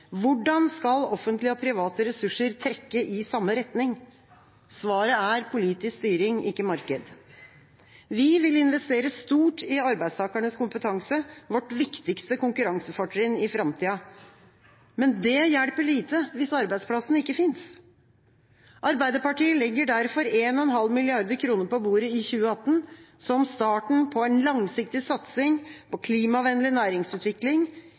Hvordan skal offentlige og private ressurser trekke i samme retning? Svaret er politisk styring, ikke marked. Vi vil investere stort i arbeidstakernes kompetanse, vårt viktigste konkurransefortrinn i framtida. Men det hjelper lite hvis arbeidsplassene ikke fins. Arbeiderpartiet legger derfor 1,5 mrd. kr på bordet i 2018 som starten på en langsiktig satsing på klimavennlig næringsutvikling